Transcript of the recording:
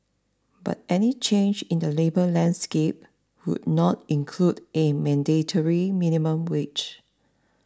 but any change in the labour landscape would not include a mandatory minimum wage